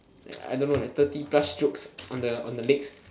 uh I don't know eh thirty plus strokes on the legs